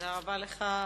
תודה רבה לך.